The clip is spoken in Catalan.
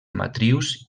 matrius